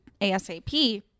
ASAP